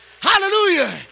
Hallelujah